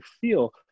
feel